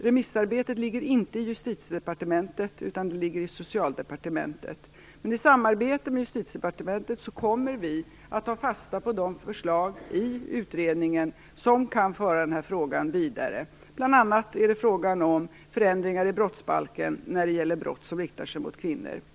Remissarbetet ligger inte i Justitiedepartementet utan i Socialdepartementet, men vi kommer att ha ett samarbete mellan departementen där vi tar fasta på de förslag från utredningen som kan föra den här frågan vidare. Det är bl.a. frågan om förändringar i brottsbalken när det gäller brott som riktar sig mot kvinnor.